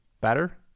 better